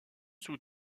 sous